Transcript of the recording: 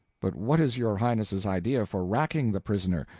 but what is your highness's idea for racking the prisoner?